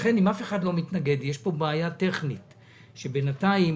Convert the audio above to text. יש פה בעיה טכנית ובינתיים,